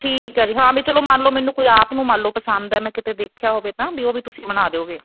ਠੀਕ ਐ ਜੀ ਹਾਂ ਵੀ ਚਲੋ ਮੰਨ ਲਓ ਮੈਨੂੰ ਕੋਈ ਆਪ ਨੂੰ ਮੰਨ ਲਓ ਪਸੰਦ ਐ ਮੈਂ ਕਿਤੇ ਦੇਖਿਆ ਹੋਵੇ ਤਾਂ ਵੀ ਉਹ ਵੀ ਤੁਸੀਂ ਬਣਾ ਦਿਓਗੇ